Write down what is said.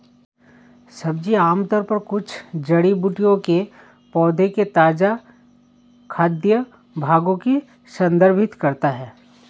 सब्जी आमतौर पर कुछ जड़ी बूटियों के पौधों के ताजा खाद्य भागों को संदर्भित करता है